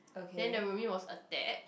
then the roomie was attached